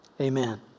amen